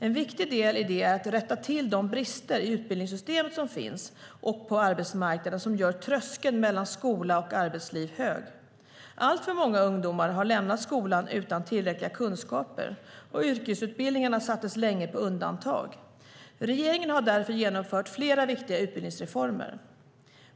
En viktig del i det är att rätta till de brister i utbildningssystemet och på arbetsmarknaden som gör tröskeln mellan skola och arbetsliv hög. Alltför många ungdomar har lämnat skolan utan tillräckliga kunskaper och yrkesutbildningarna sattes länge på undantag. Regeringen har därför genomfört flera viktiga utbildningsreformer.